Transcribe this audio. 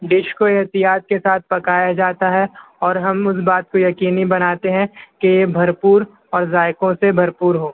dish کو احتیاط کے ساتھ پکایا جاتا ہے اور ہم اس بات پر یقینی بناتے ہیں کہ یہ بھرپور اور ذائقوں سے بھرپور ہو